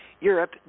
Europe